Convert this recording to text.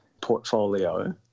portfolio